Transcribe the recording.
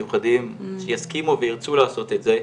מיוחדים, שיסכימו וירצו לעשות את זה,